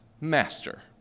Master